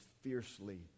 fiercely